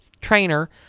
trainer